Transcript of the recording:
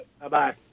Bye-bye